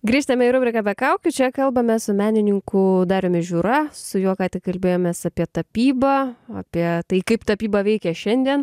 grįžtame į rubriką be kaukių čia kalbame su menininku dariumi žiūra su juo ką tik kalbėjomės apie tapybą apie tai kaip tapyba veikia šiandien